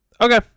Okay